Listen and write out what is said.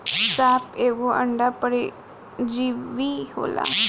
साप एगो अंड परजीवी होले